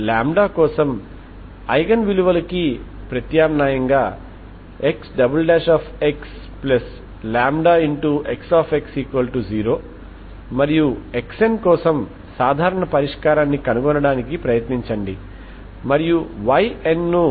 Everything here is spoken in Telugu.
λ0అనేది ఒక ఐగెన్ విలువ అని మనము ఇప్పటికే చూశాము అంటే మీరు n0 ను n n22L2 లో పెడితే అది సున్నా అవుతుంది కాబట్టి అందువలన n 0123 అని వ్రాయడం ద్వారా నేను ఇంతకు ముందే λ0 ని చేర్చగలను